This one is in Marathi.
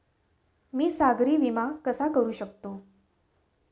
मी सागरी विमा कसा करू शकतो?